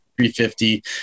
350